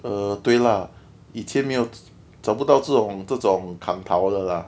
err 对 lah 以前没有找不到这种这种 kang tao 的 lah